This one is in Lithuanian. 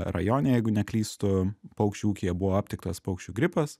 rajone jeigu neklystu paukščių ūkyje buvo aptiktas paukščių gripas